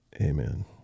Amen